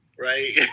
right